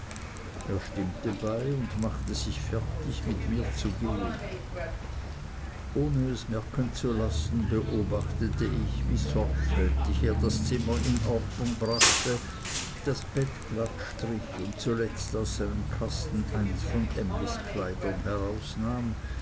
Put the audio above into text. er stimmte bei und machte sich fertig mit mir zu gehen ohne es merken zu lassen beobachtete ich wie sorgfältig er das zimmer in ordnung brachte das bett glatt strich und zuletzt aus einem kasten eins von emlys kleidern herausnahm